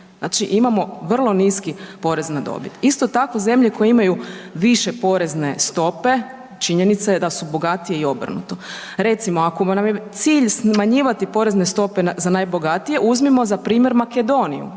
Znači, imamo vrlo niski porez na dobit. Isto tako, zemlje koje imaju više porezne stope, činjenica je da su bogatije i obrnuto. Recimo, ako nam je cilj smanjivati porezne stope za najbogatije, uzmimo za primjer Makedoniju.